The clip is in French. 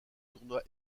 tournoi